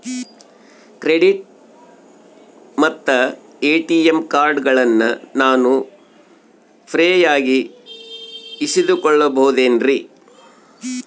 Credit ಮತ್ತ ATM ಕಾರ್ಡಗಳನ್ನ ನಾನು ಫ್ರೇಯಾಗಿ ಇಸಿದುಕೊಳ್ಳಬಹುದೇನ್ರಿ?